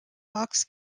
box